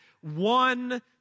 one